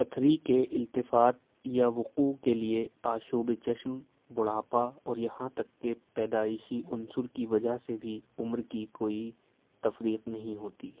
پتھری کے التفات یا وقوع کے لیے آشوب چشم بڑھاپا اور یہاں تک کہ پیدائشی عنصر کی وجہ سے بھی عمر کی کوئی تفریق نہیں ہوتی